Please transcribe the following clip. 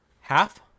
Half